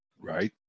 Right